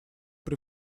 при